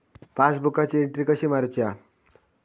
पासबुकाची एन्ट्री कशी मारुची हा?